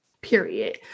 period